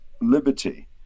liberty